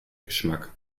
geschmack